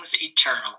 eternal